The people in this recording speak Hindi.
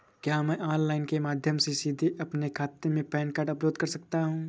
क्या मैं ऑनलाइन के माध्यम से सीधे अपने खाते में पैन कार्ड अपलोड कर सकता हूँ?